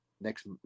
next